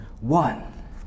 one